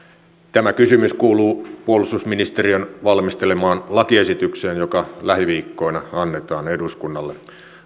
tämä kysymys kuuluu puolustusministeriön valmistelemaan lakiesitykseen joka lähiviikkoina annetaan eduskunnalle